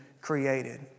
created